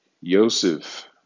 Yosef